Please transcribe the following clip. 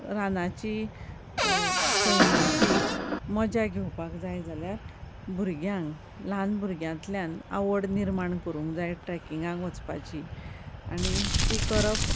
रानाची सैमाची मजा घेवपाक जाय जाल्यार भुरग्यांक ल्हान भुरग्यांतल्यान आवड निर्माण करूंक जाय ट्रेकींगाक वचपाची आनी ती करप